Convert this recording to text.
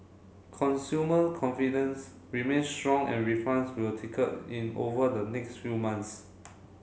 consumer confidence remain strong and refunds will trickle in over the next few months